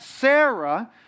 Sarah